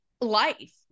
life